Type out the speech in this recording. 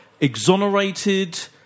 exonerated